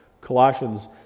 Colossians